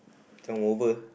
come over